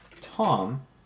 Tom